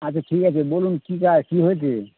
আচ্ছা ঠিক আছে বলুন কী চাই কী হয়েছে